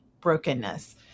brokenness